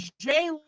Jay